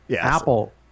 apple